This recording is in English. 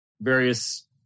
various